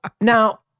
Now